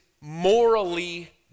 morally